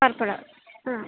purple ആ